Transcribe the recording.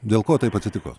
dėl ko taip atsitiko